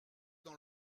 dans